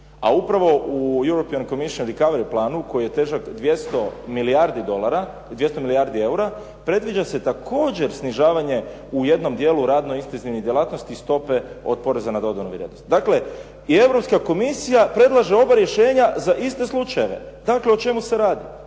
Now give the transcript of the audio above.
A upravo u European Commission Recovery planu koji je težak 200 milijardi eura predviđa se također snižavanje u jednom dijelu radno intenzivnih djelatnosti stope od poreza na dodanu vrijednost. Dakle, i Europska komisija predlaže ova rješenja za iste slučajeve. Dakle, o čemu se radi.